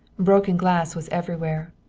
broken glass was everywhere.